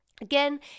Again